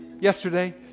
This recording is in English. yesterday